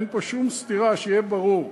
אין פה שום סתירה, שיהיה ברור.